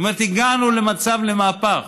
זאת אומרת, הגענו למצב של מהפך,